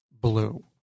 Blue